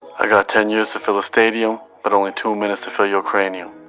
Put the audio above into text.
i got ten years to fill the stadium. but only two minutes to fill your cranium.